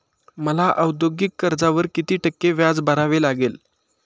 मला औद्योगिक कर्जावर किती टक्के व्याज भरावे लागेल?